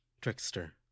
Trickster